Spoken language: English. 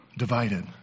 Divided